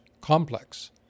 complex